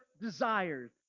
desires